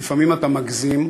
ולפעמים אתה מגזים,